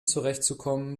zurechtzukommen